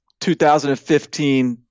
2015